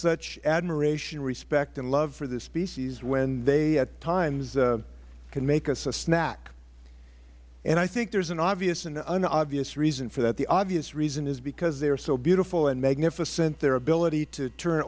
such admiration respect and love for this species when they at times could make us a snack and i think there is an obvious and an unobvious reason for that the obvious reason is because they are so beautiful and magnificent their ability to turn